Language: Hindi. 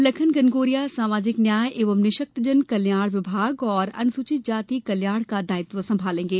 लखन घनघोरिया सामाजिक न्याय एवं निःशक्तजन कल्याण विभाग तथा अनुसूचित जाति कल्याण का दायित्व सम्भालेंगे